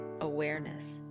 awareness